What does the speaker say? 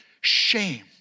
shame